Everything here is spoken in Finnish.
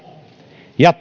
ja